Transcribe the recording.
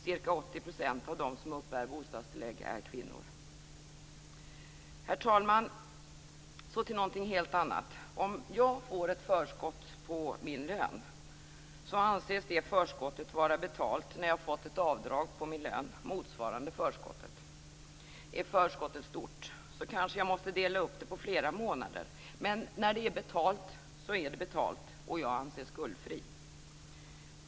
Ca 80 % av dem som uppbär bostadstillägg är kvinnor. Herr talman! Så till någonting helt annat. Om jag får ett förskott på min lön anses det förskottet vara betalt när jag fått ett avdrag på min lön motsvarande förskottet. Är förskottet stort kanske jag måste dela upp det på flera månader, men när det är betalt är det betalt och jag anses skuldfri.